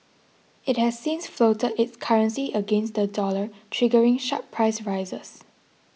it has since floated its currency against the dollar triggering sharp price rises